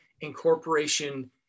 incorporation